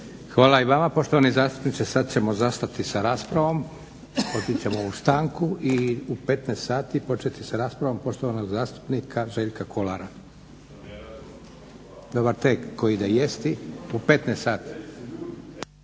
Hvala i vama poštovani zastupniče. Sad ćemo zastati s raspravom, otići ćemo na stanku i u 15 sati početi s raspravom poštovanog zastupnika Željka Kolara. Dobar tek tko ide jesti. U 15 sati.